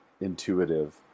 intuitive